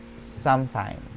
sometime